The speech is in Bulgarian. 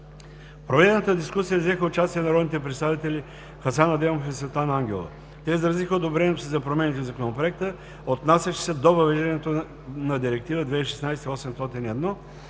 проведената дискусия взеха участие народните представители Хасан Адемов и Светлана Ангелова. Те изразиха одобрението си за промени в Законопроекта, отнасящи се до въвеждането на Директива 2016/801